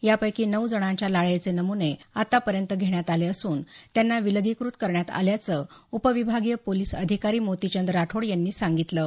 यापैकी नऊ जणाच्या लाळेचे नमुने आतापर्यंत घेण्यात आले असून त्यांना विलगीकृत करण्यात आल्याचं उपविभागीय पोलिस अधिकारी मोतीचंद राठोड यांनी सांगितलं आहे